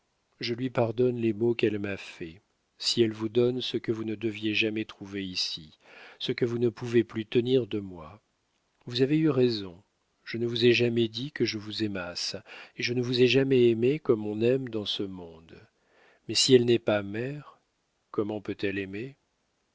je lui pardonne les maux qu'elle m'a faits si elle vous donne ce que vous ne deviez jamais trouver ici ce que vous ne pouvez plus tenir de moi vous avez eu raison je ne vous ai jamais dit que je vous aimasse et je ne vous ai jamais aimé comme on aime dans ce monde mais si elle n'est pas mère comment peut-elle aimer